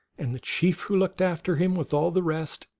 and the chief who looked after him, with all the rest,